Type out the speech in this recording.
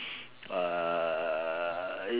uh